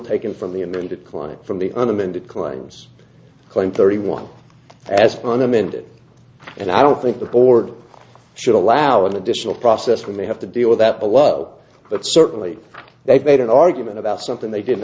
taken from the amended client from the an amended claims claim thirty one as an amended and i don't think the board should allow an additional process we may have to deal with that below but certainly they've made an argument about something they didn't